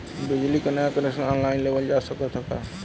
बिजली क नया कनेक्शन ऑनलाइन लेवल जा सकत ह का?